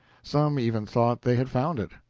some even thought they had found it.